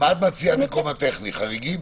מה את מציעה במקום הטכני, חריגים?